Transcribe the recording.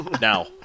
now